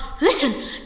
Listen